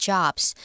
Jobs